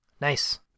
Nice